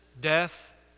death